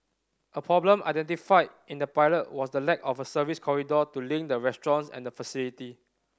a problem identified in the pilot was the lack of a service corridor to link the restaurants and the facility